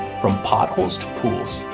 from potholes to pools,